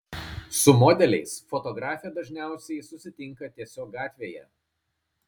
su modeliais fotografė dažniausiai susitinka tiesiog gatvėje